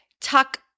tuck